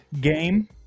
game